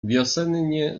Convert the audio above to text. wiosennie